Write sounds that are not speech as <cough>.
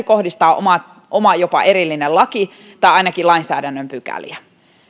<unintelligible> kohdistaa oma jopa erillinen laki tai ainakin lainsäädännön pykäliä